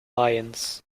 lions